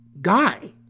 guy